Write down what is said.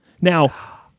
now